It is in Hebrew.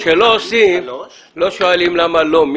כשלא עושים, לא שואלים למה לא.